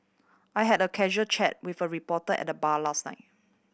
I had a casual chat with a reporter at the bar last night